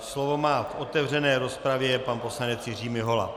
Slovo má v otevřené rozpravě pan poslanec Jiří Mihola.